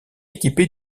équipé